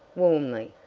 warmly.